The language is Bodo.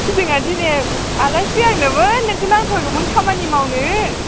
जोंहा दिनै आलासि फैनांगौमोन नोंखौ नांथारगौमोन खामानि मावनो